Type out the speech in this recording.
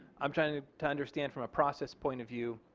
um trying to to understand from a process point of view.